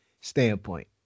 standpoint